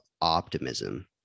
optimism